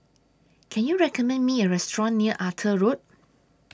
Can YOU recommend Me A Restaurant near Arthur Road